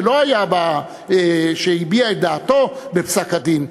שהביע את דעתו בפסק-הדין,